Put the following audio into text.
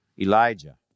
Elijah